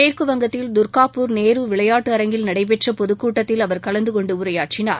மேற்குவங்கத்தில் தர்காப்பூர் நேரு விளையாட்டரங்கில் நடைபெற்ற பொதுக்கூட்டத்தில் அவர் கலந்துகொண்டு உரையாற்றினார்